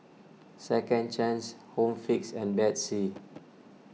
Second Chance Home Fix and Betsy